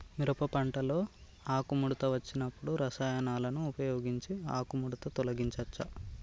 మిరప పంటలో ఆకుముడత వచ్చినప్పుడు రసాయనాలను ఉపయోగించి ఆకుముడత తొలగించచ్చా?